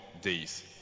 days